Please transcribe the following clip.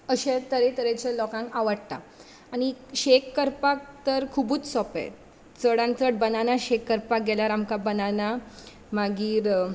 अशे तरे तरेचे लोकांक आवडटा आनी शेक करपाक तर खुबूच सोंपें चडान चड बनाना शेक करपाक गेल्यार आमकां बनाना मागीर